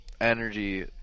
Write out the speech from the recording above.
energy